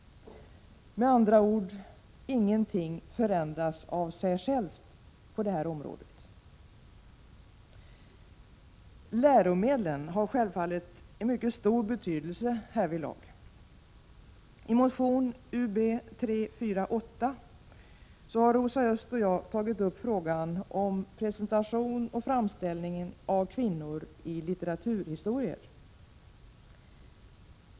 Med andra ord — ingenting förändras av sig självt på detta område. Läromedlen har självfallet en mycket stor betydelse härvidlag. I motion Ub348 har Rosa Östh och jag tagit upp frågan om presentationen och framställningen av kvinnor i litteraturhistorier.